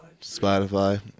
Spotify